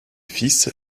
fils